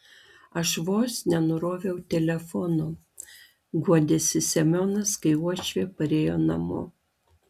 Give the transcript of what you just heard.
aš vos nenuroviau telefono guodėsi semionas kai uošvė parėjo namo